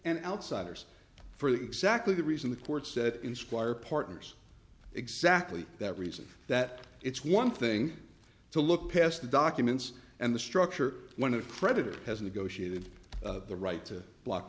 and outsiders for exactly the reason the court said in squire partners exactly that reason that it's one thing to look past the documents and the structure one of the creditors has negotiated the right to block